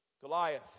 Goliath